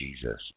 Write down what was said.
Jesus